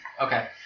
Okay